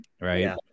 right